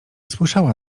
słyszała